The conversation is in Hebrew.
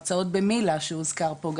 הרצאות במיל"ה שהוזכר פה,